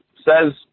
says